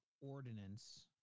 ordinance